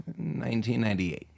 1998